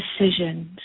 decisions